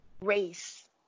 race